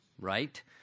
right